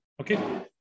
Okay